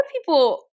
people